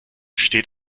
steht